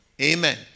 Amen